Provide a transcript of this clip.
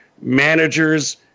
managers